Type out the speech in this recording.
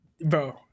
Bro